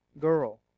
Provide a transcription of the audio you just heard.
girl